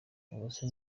uwaza